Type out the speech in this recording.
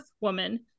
woman